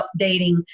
updating